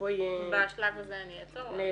בשלב הזה אני אעצור.